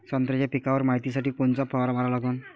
संत्र्याच्या पिकावर मायतीसाठी कोनचा फवारा मारा लागन?